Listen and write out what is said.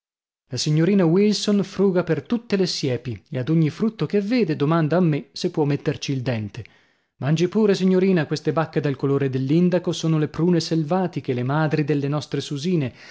la signorina wilson fruga per tutte le siepi e ad ogni frutto che vede domanda a me se può metterci il dente mangi pure signorina queste bacche dal colore dell'indaco son le prune selvatiche le madri delle nostre susine